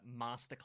masterclass